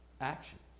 actions